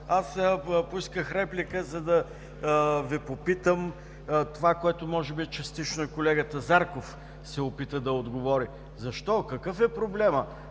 аз поисках реплика, за да Ви попитам това, което може би частично и колегата Зарков се опита да отговори: защо, какъв е проблемът?